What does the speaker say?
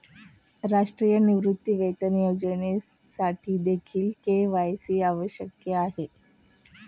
राष्ट्रीय निवृत्तीवेतन योजनेसाठीदेखील के.वाय.सी आवश्यक आहे